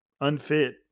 unfit